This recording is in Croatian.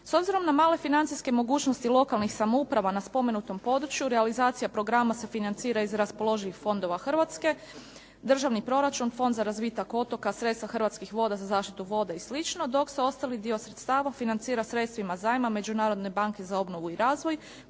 S obzirom na male financijske mogućnosti lokalnih samouprava na spomenutom području realizacija programa se financira iz raspoloživih fondova Hrvatske, državni proračun, Fond za razvitak otoka, sredstva Hrvatskih voda za zaštitu voda i slično dok se ostali dio sredstava financira sredstvima zajma, Međunarodne banke za obnovu i razvoj